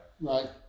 right